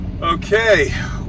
Okay